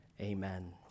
Amen